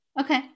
Okay